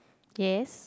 yes